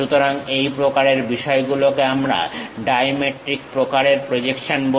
সুতরাং এই প্রকারের বিষয়গুলোকে আমরা ডাইমেট্রিক প্রকারের প্রজেকশন বলি